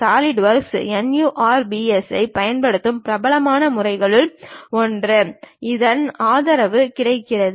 SolidWorks NURBS ஐப் பயன்படுத்தும் பிரபலமான முறைகளில் ஒன்று இந்த ஆதரவு கிடைக்கிறது